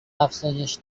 افزایش